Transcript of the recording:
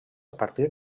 partir